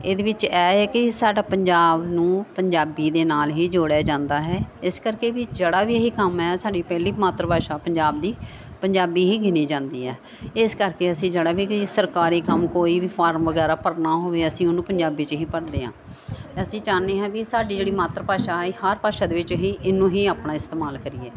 ਇਹਦੇ ਵਿੱਚ ਇਹ ਹੈ ਕਿ ਸਾਡਾ ਪੰਜਾਬ ਨੂੰ ਪੰਜਾਬੀ ਦੇ ਨਾਲ ਹੀ ਜੋੜਿਆ ਜਾਂਦਾ ਹੈ ਇਸ ਕਰਕੇ ਵੀ ਜਿਹੜਾ ਵੀ ਇਹੀ ਕੰਮ ਆ ਸਾਡੀ ਪਹਿਲੀ ਮਾਤਰ ਭਾਸ਼ਾ ਪੰਜਾਬ ਦੀ ਪੰਜਾਬੀ ਹੀ ਗਿਣੀ ਜਾਂਦੀ ਹੈ ਇਸ ਕਰਕੇ ਅਸੀਂ ਜਿਹੜਾ ਵੀ ਕੋਈ ਸਰਕਾਰੀ ਕੰਮ ਕੋਈ ਵੀ ਫਾਰਮ ਵਗੈਰਾ ਭਰਨਾ ਹੋਵੇ ਅਸੀਂ ਉਹਨੂੰ ਪੰਜਾਬੀ 'ਚ ਹੀ ਭਰਦੇ ਹਾਂ ਅਸੀਂ ਚਾਹੁੰਦੇ ਹਾਂ ਵੀ ਸਾਡੀ ਜਿਹੜੀ ਮਾਤਰ ਭਾਸ਼ਾ ਹੈ ਹਰ ਭਾਸ਼ਾ ਵਿੱਚ ਹੀ ਇਹਨੂੰ ਹੀ ਆਪਣਾ ਇਸਤੇਮਾਲ ਕਰੀਏ